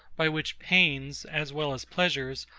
by which pains, as well as pleasures,